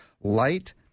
light